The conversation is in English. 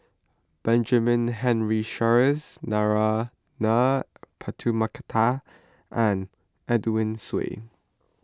Benjamin Henry Sheares Narana Putumaippittan and Edwin Siew